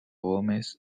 gómez